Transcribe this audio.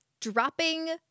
dropping